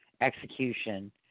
execution